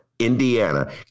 Indiana